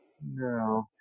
No